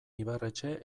ibarretxe